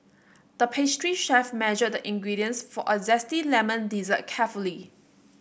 the pastry chef measured the ingredients for a zesty lemon dessert carefully